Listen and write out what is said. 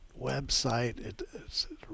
website